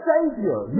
Savior